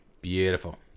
beautiful